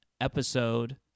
episode